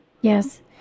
Yes